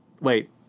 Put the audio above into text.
wait